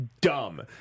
dumb